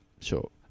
Sure